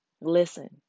Listen